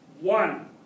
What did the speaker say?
One